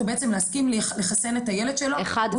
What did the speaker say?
בעצם להסכים לחסן את הילד שלו -- אחד,